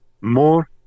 More